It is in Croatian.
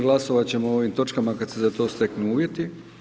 Glasovat ćemo o ovim točkama kad se za to steknu uvjeti.